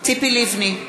ציפי לבני,